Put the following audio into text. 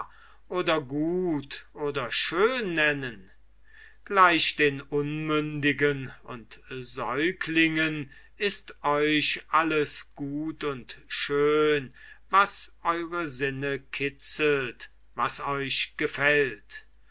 oder gut oder schön nennen gleich den unmündigen und säuglingen ist euch alles gut und schön was eure sinnen kitzelt was euch gefällt